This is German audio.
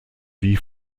wie